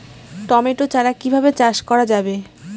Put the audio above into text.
Tomato চারা কিভাবে চাষ করা যাবে?